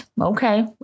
Okay